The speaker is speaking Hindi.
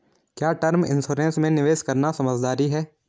क्या टर्म इंश्योरेंस में निवेश करना समझदारी है?